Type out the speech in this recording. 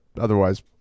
otherwise